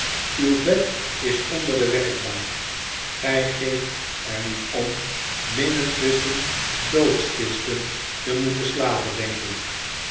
uw bed is onder de werkbank gij geeft er niet om midden tusschen doodkisten te moeten slapen denk ik